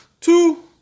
Two